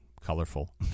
colorful